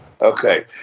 Okay